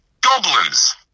Goblins